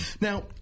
Now